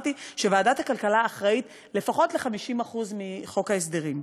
שוועדת הכלכלה אחראית לפחות ל-50% מחוק ההסדרים.